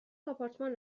آپارتمان